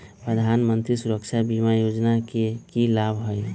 प्रधानमंत्री सुरक्षा बीमा योजना के की लाभ हई?